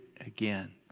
again